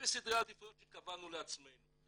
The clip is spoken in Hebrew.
אלה סדרי העדיפויות שקבענו לעצמנו.